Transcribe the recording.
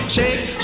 Shake